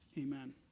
Amen